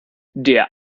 der